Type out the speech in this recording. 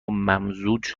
ممزوج